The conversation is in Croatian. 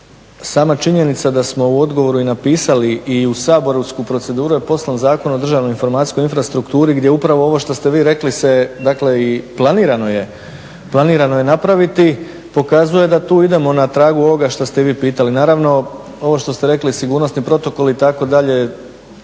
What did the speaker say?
Sama činjenica da smo u odgovoru i napisali i u saborsku proceduru je poslan Zakon o državnoj informacijskoj infrastrukturi gdje upravo što ste vi rekli se i planirano je napraviti, pokazuje da tu idemo na tragu ovoga što ste vi pitali. Naravno ovo što ste rekli sigurnosni protokol itd. nije